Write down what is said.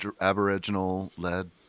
Aboriginal-led